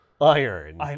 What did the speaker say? iron